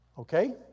Okay